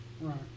Right